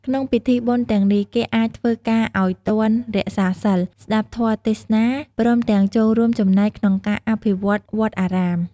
ក្នុងពិធីបុណ្យទាំងនេះ គេអាចធ្វើការឱ្យទាន រក្សាសីល ស្ដាប់ធម៌ទេសនា ព្រមទាំងចូលរួមចំណែកក្នុងការអភិវឌ្ឍន៍វត្តអារាម។